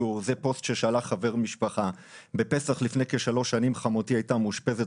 פוסט ששלח חבר משפחה: "בפסח לפני כשלוש שנים חמותי הייתה מאושפזת